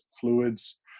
fluids